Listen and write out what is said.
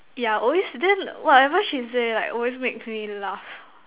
yeah always then whatever she say like always makes me laugh